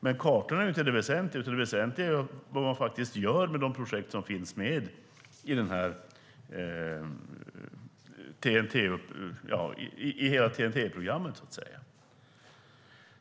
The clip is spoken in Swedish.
Men kartorna är inte det väsentliga, utan det väsentliga är vad man gör med de projekt som finns med i TEN-T-programmet.